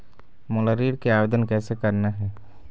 मोला ऋण के आवेदन कैसे करना हे?